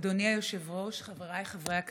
אדוני היושב-ראש, חבריי חברי הכנסת,